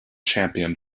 champion